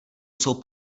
jsou